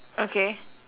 okay